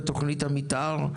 בתכנית המתאר,